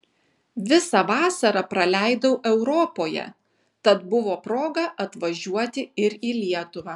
visą vasarą praleidau europoje tad buvo proga atvažiuoti ir į lietuvą